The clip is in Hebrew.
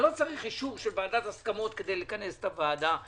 אני לא צריך אישור של ועדת הסכמות כדי לכנס את הוועדה.